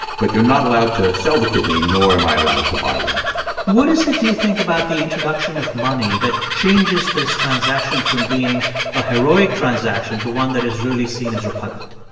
but you're not allowed to sell the kidney nor am i allowed to buy one what is it, do you think, about the introduction of money that changes this transaction from being a heroic transaction to one that is really seen as repugnant?